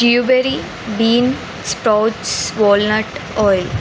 blueberry bean sprouts walnut oil